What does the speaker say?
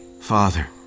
Father